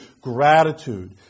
gratitude